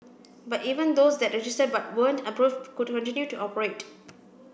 but even those that registered but weren't approved could continue to operate